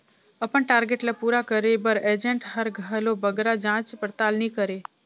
अपन टारगेट ल पूरा करे बर एजेंट हर घलो बगरा जाँच परताल नी करे